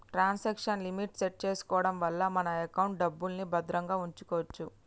transaction limit set చేసుకోడం వల్ల మన ఎకౌంట్లో డబ్బుల్ని భద్రంగా వుంచుకోచ్చు